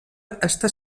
està